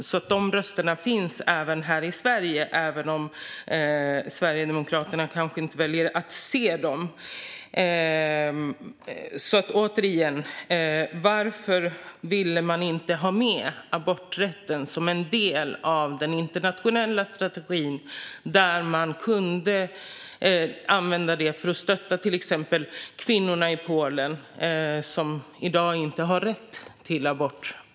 Dessa röster finns alltså även i Sverige, även om Sverigedemokraterna kanske väljer att inte höra dem. Återigen: Varför vill man inte ha med aborträtten i den internationella strategin? Det handlar om att stötta till exempel kvinnorna i Polen, som inte längre har rätt till abort.